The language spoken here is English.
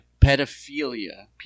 pedophilia